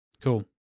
Cool